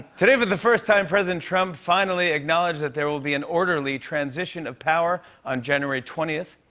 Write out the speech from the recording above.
today, for the first time, president trump finally acknowledged that there will be an orderly transition of power on january twentieth.